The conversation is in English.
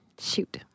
Shoot